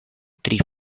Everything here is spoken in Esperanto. tri